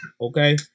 Okay